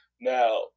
Now